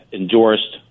endorsed